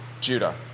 Judah